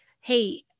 hey